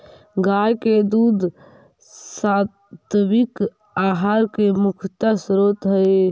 गाय के दूध सात्विक आहार के मुख्य स्रोत हई